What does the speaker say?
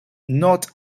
not